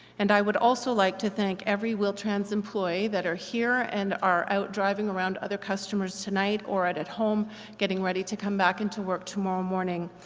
and i would also like to thank every wheel-trans employee that are here and are out driving around other customers tonight or are at home getting ready to come back into work tomorrow morning,